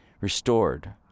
restored